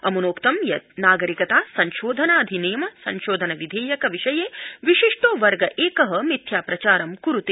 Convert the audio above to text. अम्नोक्तं यत् नागरिकता अधिनियम संशोधन विधेयक विषये विशिष्टो वर्ग एक मिथ्या प्रचारं कुरूते